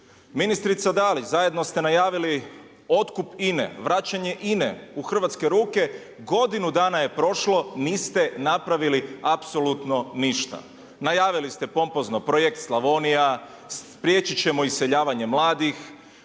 Ministrica Dalić zajedno ste najavili otkup INA-e, vraćanje INA-e u hrvatske ruke, godinu dana je prošlo niste napravili apsolutno ništa. Najavili ste pompozno Projekt Slavonija, spriječit ćemo iseljavanje mladih,